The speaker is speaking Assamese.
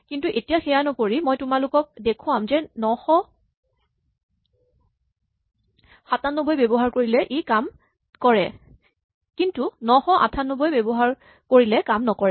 কিন্তু এতিয়া সেয়া নকৰি মই তোমালোকক দেখুৱাম যে ৯৯৭ ব্যৱহাৰ কৰিলে ই কাম কৰে কিন্তু ৯৯৮ ব্যৱহাৰ কৰিলে কাম নকৰে